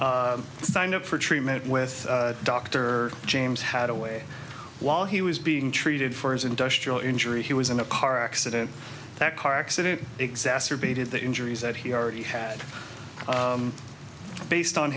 signed up for treatment with dr james hataway while he was being treated for his industrial injury he was in a car accident that car accident exacerbated the injuries that he already had based on